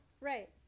Right